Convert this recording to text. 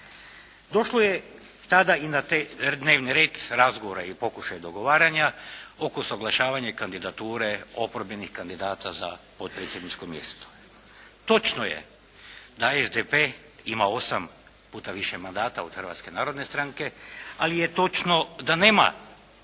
Došlo je tada i na dnevni red razgovora i pokušaj dogovaranja oko usaglašavanja i kandidature oporbenih kandidata za potpredsjedničko mjesto. Točno je da SDP ima 8 puta više mandata od Hrvatske narodne stranke, ali je točno da nema